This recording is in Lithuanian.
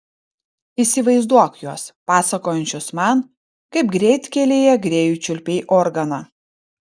įsivaizduok juos pasakojančius man kaip greitkelyje grėjui čiulpei organą